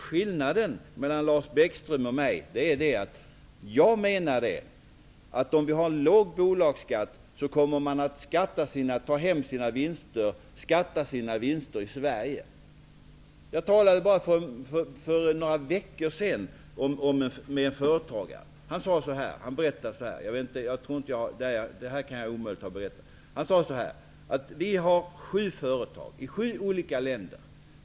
Skillnaden mellan Lars Bäckström och mig är att jag menar, att om vi har låg bolagsskatt kommer man att ta hem sina vinster och ''skatta'' dem i Jag talade för bara några veckor sedan med en företagare. Han sade: Vi har sju företag i sju olika länder.